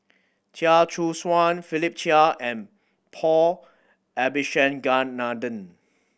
Chia Choo Suan Philip Chia and Paul Abisheganaden